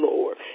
Lord